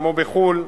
כמו בחו"ל,